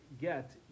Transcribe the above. get